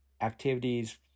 activities